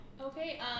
Okay